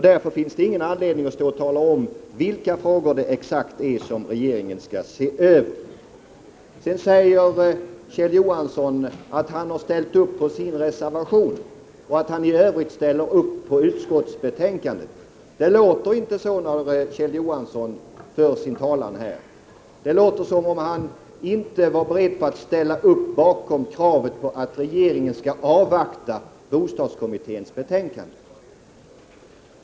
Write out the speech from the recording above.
Därför finns det ingen anledning att nu exakt ange vilka frågor som regeringen skall se över. Kjell Johansson säger att han står bakom sin reservation och i övrigt ställer sig bakom utskottsbetänkandet. Det låter inte så när Kjell Johansson för sin talan här. Det låter som om han inte vore beredd att ställa upp bakom kravet på att regeringen skall avvakta bostadskommitténs betänkande.